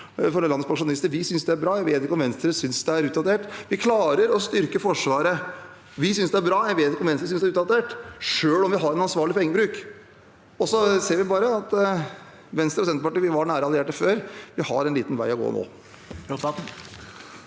for landets pensjonister. Vi synes det er bra. Jeg vet ikke om Venstre synes det er utdatert. Vi klarer å styrke Forsvaret. Vi synes det er bra. Jeg vet ikke om Venstre synes det er utdatert. Samtidig har vi en ansvarlig pengebruk. Vi ser at Venstre og Senterpartiet var nære allierte før. Vi har en liten vei å gå nå.